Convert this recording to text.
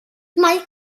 mae